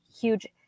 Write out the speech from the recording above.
Huge